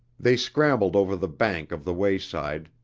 they scrambled over the bank of the way-side,